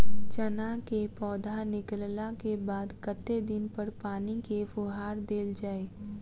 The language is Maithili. चना केँ पौधा निकलला केँ बाद कत्ते दिन पर पानि केँ फुहार देल जाएँ?